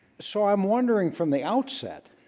so i'm wondering from the outset